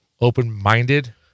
open-minded